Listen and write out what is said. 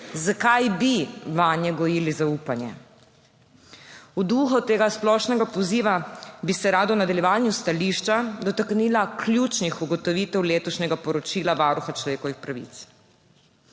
zakaj bi vanje gojili zaupanje. V duhu tega splošnega poziva bi se rada v nadaljevanju stališča dotaknila ključnih ugotovitev letošnjega poročila Varuha človekovih pravic.